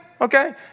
Okay